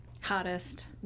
hottest